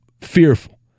fearful